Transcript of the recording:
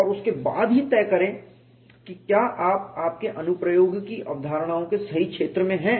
और उसके बाद ही तय करें कि क्या आप आपके अनुप्रयोग की अवधारणाओं के सही क्षेत्र में हैं